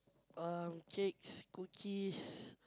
uh cakes cookies